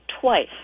twice